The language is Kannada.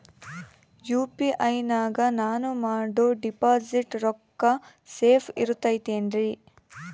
ಯು.ಪಿ.ಐ ನಾಗ ನಾನು ಮಾಡೋ ಡಿಪಾಸಿಟ್ ರೊಕ್ಕ ಸೇಫ್ ಇರುತೈತೇನ್ರಿ?